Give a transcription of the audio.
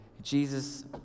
Jesus